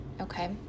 Okay